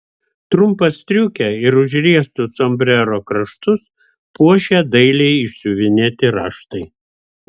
trumpą striukę ir užriestus sombrero kraštus puošė dailiai išsiuvinėti raštai